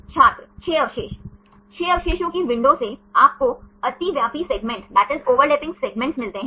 छात्र 6 अवशेष छह अवशेषों की विंडो से आपको अतिव्यापी सेगमेंट मिलते हैं